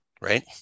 Right